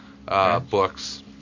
books